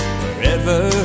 wherever